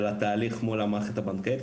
של התהליך מול המערכת הבנקאית.